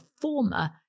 former